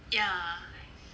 ya